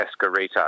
Escarita